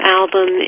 album